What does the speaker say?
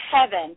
heaven